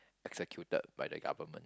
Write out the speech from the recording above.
executed by the government